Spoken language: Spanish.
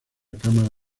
cámara